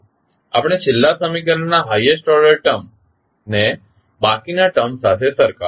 આપણે છેલ્લા સમીકરણના હાઇએસ્ટ ઓર્ડર ટર્મ ને બાકીની ટર્મસ સાથે સરખાવીશું